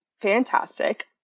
fantastic